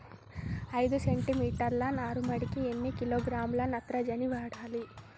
ఐదు సెంటి మీటర్ల నారుమడికి ఎన్ని కిలోగ్రాముల నత్రజని వాడాలి?